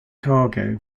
cargo